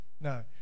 No